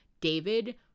David